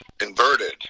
inverted